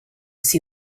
see